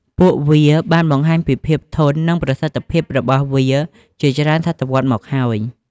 ពួកវាបានបង្ហាញពីភាពធន់ និងប្រសិទ្ធភាពរបស់វាជាច្រើនសតវត្សមកហើយ។